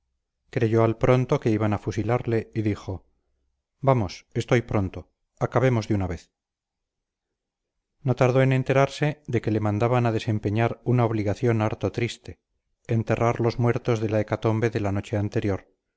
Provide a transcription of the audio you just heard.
creyó al pronto que iban a fusilarle y dijo vamos estoy pronto acabemos de una vez no tardó en enterarse de que le mandaban a desempeñar una obligación harto triste enterrar los muertos de la hecatombe de la noche anterior